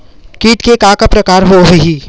कीट के का का प्रकार हो होही?